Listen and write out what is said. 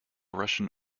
russian